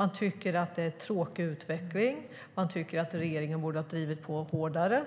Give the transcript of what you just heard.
Men tycker att det är en tråkig utveckling och att regeringen borde ha drivit på hårdare.